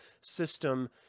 system